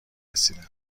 رسیدند